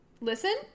listen